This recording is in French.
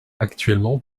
actuellement